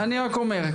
בסדר, אני רק אומר.